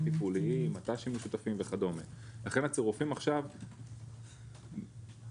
לכן, הצירופים עכשיו בשורה התחתונה